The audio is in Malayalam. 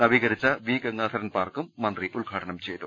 നവീകരിച്ച വി ഗംഗാധരൻ പാർക്കും മന്ത്രി ഉദ്ഘാടനം ചെയ്തു